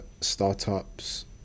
startups